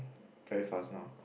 very fast now